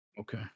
Okay